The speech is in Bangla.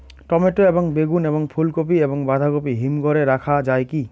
টমেটো এবং বেগুন এবং ফুলকপি এবং বাঁধাকপি হিমঘরে রাখা যায় কি?